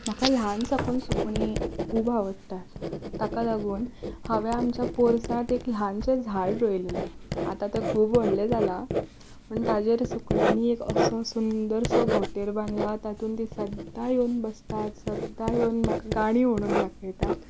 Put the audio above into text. म्हाका ल्हान सावन सुकणीं खूब आवडटात ताका लागून हांवें आमच्या पोरसांत एक ल्हानशें झाड रोयिल्लें आतां तें खूब व्हडलें जालां म्हूण ताचेर सुकण्यांनी असो सुंदरसो घोंटेर बांदला तातूंत तीं सदां येवन बसतात सदां येवन म्हाका गाणीं म्हणून दाखयतात